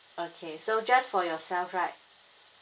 okay so just for yourself right